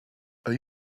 are